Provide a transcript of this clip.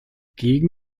gegen